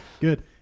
Good